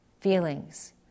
feelings